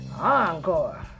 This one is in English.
Encore